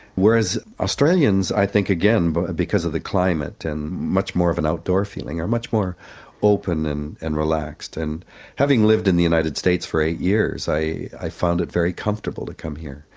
whereas australians i think, again but because of the climate and much more of an outdoor feeling, are much more open and and relaxed. and having lived in the united states for eight years, i i found it very comfortable to come here.